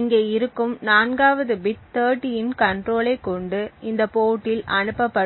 இங்கே இருக்கும் 4 வது பிட் 30 இன் கண்ட்ரோலைக் கொண்டு இந்த போர்டில் அனுப்பப்படும்